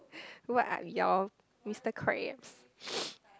what are yall mister Krabbs